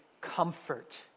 comfort